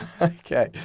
Okay